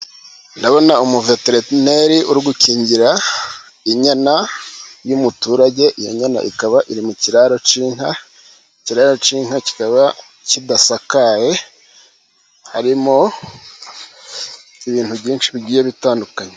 Ndabona umuvetereneri uri gukingira inyana y'umuturage, iyo nyana ikaba iri mu kiraro cy'inka ,ikiraro cy'inka kikaba kidasakaye, harimo ibintu byinshi bigiye bitandukanye.